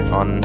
on